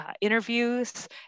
interviews